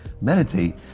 Meditate